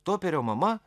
toperio mama